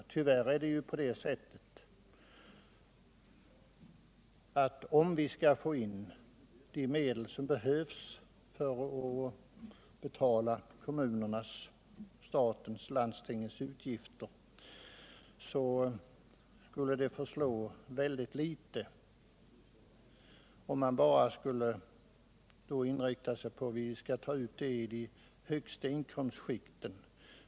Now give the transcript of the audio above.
Tyvärr är det på det sättet att om vi skall få in de medel som behövs för att betala statens, kommunernas och landstingens utgifter skulle det förslå väldigt litet om vi bara inriktade oss på att ta ut det från de högsta inkomstskikten.